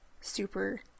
super